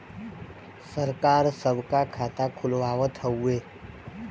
सरकार सबका खाता खुलवावत हउवे